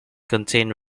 contain